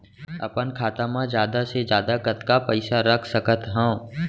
अपन खाता मा जादा से जादा कतका पइसा रख सकत हव?